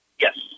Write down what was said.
Yes